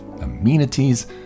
amenities